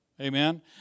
Amen